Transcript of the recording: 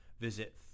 visit